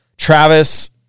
Travis